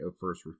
first